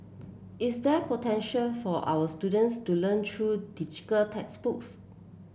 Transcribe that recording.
is there potential for our students to learn through textbooks